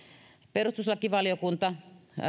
perustuslakivaliokunta